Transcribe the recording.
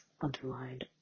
underlined